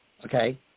okay